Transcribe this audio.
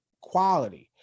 quality